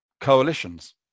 coalitions